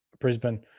Brisbane